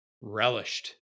relished